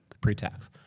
pre-tax